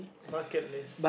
bucket list